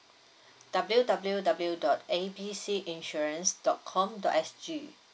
W W W dot A B C insurance dot com dot S G